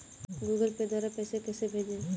Google Pay द्वारा पैसे कैसे भेजें?